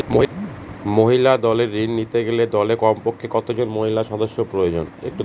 মহিলা দলের ঋণ নিতে গেলে দলে কমপক্ষে কত জন মহিলা সদস্য প্রয়োজন?